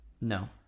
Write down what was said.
No